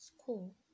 school